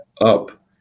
up